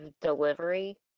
delivery